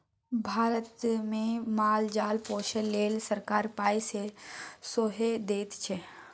भारतमे माल जाल पोसय लेल सरकार पाय सेहो दैत छै